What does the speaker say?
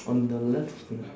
on the left